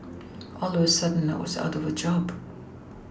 all of a sudden I was out of a job